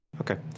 Okay